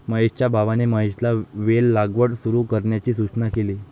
महेशच्या भावाने महेशला वेल लागवड सुरू करण्याची सूचना केली